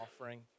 offering